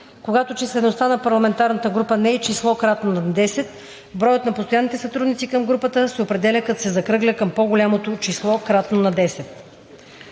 Когато числеността на парламентарна група не е число, кратно на 10, броят на постоянните сътрудници към групата се определя, като се закръгля към по голямото число, кратно на 10.“